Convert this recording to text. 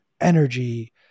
energy